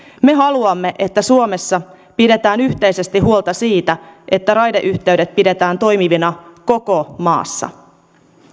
me me haluamme että suomessa pidetään yhteisesti huolta siitä että raideyhteydet pidetään toimivina koko maassa